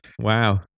Wow